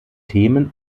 themen